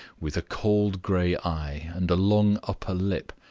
with a cold gray eye and a long upper lip,